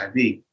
HIV